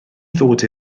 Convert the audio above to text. ddod